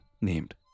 named